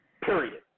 Period